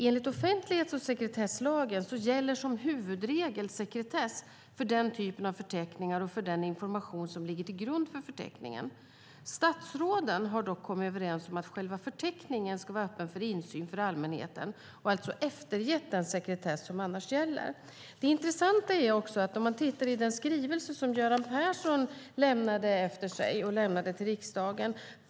Enligt offentlighets och sekretesslagen gäller - och det här är viktigt - som huvudregel sekretess för den typen av förteckningar och för den information som ligger till grund för den här förteckningen. Statsråden har dock kommit överens om att själva förteckningen ska vara öppen för insyn för allmänheten och har alltså eftergett den sekretess som annars gäller. Det intressanta är att titta i den skrivelse som Göran Persson lämnade till riksdagen.